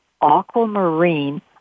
aquamarine